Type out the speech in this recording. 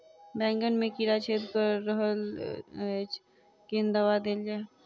बैंगन मे कीड़ा छेद कऽ रहल एछ केँ दवा देल जाएँ?